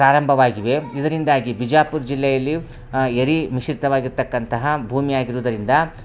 ಪ್ರಾರಂಭವಾಗಿವೆ ಇದರಿಂದಾಗಿ ಬಿಜಾಪುರ ಜಿಲ್ಲೆಯಲ್ಲಿ ಎರೆ ಮಿಶ್ರಿತವಾಗಿರ್ತಕ್ಕಂತಹ ಭೂಮಿಯಾಗಿರುವುದರಿಂದ